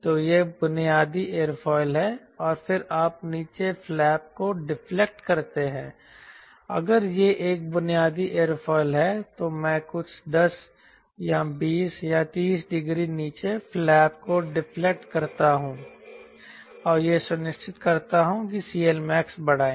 तो यह बुनियादी एयरफॉइल है और फिर आप नीचे फ्लैप को डिफ्लेक्ट करते हैं अगर यह एक बुनियादी एयरफॉइल है तो मैं कुछ 10 20 30 डिग्री नीचे फ्लैप को डिफ्लेक्ट करता हूं और यह सुनिश्चित करता हूं कि CLmax बढ़ाएं